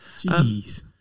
Jeez